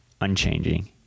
unchanging